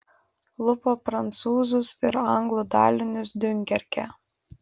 lupa prancūzus ir anglų dalinius diunkerke